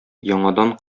яңадан